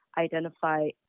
identify